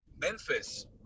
Memphis